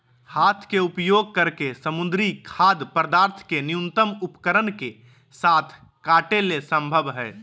हाथ के उपयोग करके समुद्री खाद्य पदार्थ के न्यूनतम उपकरण के साथ काटे ले संभव हइ